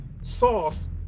Sauce